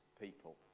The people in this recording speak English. people